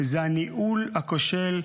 זה הניהול הכושל,